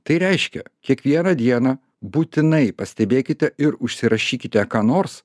tai reiškia kiekvieną dieną būtinai pastebėkite ir užsirašykite ką nors